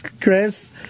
Chris